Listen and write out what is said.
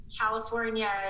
California